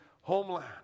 homeland